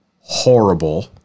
horrible